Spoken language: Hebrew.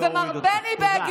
בבקשה להוריד